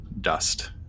dust